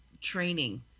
training